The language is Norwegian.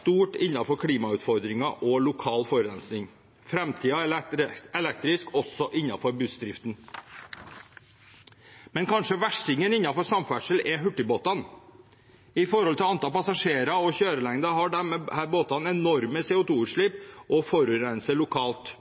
stort innenfor klimautfordringen og lokal forurensning. Framtiden er elektrisk også innenfor bussdriften. Men verstingen innenfor samferdsel er kanskje hurtigbåtene. I forhold til antall passasjerer og kjørelengde har disse båtene enorme CO2-utslipp og forurenser lokalt.